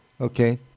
Okay